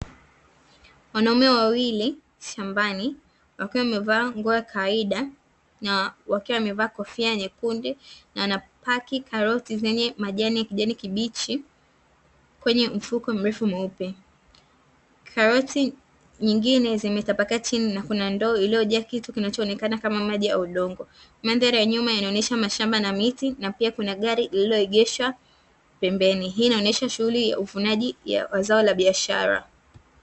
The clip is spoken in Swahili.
Wanaume wawili shambani wakiwa wamevaa nguo ya kawaida na wakiwa wamevaa kofia nyekundu na wanapaki karoti zenye majani ya kijani kibichi kwenye mfuko mrefu mweupe, karoti nyingine zimetapakaa chini na kuna ndoo iliyojaa kitu kinachoonekana kama maji ya udongo. Mandhari ya nyuma yanaonyesha mashamba na miti na pia kuna gari lililoegeshwa pembeni hii inaonesha shughuli ya uvunaji wa zao la biashara.